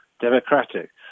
democratic